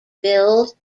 build